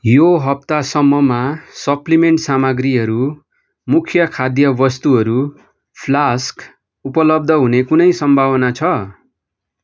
यो हप्तासम्ममा सप्लिमेन्ट सामग्रीहरू मुख्य खाद्य वस्तुहरू फ्लास्क उपलब्ध हुने कुनै सम्भावना छ